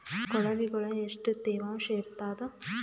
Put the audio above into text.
ಕೊಳವಿಗೊಳ ಎಷ್ಟು ತೇವಾಂಶ ಇರ್ತಾದ?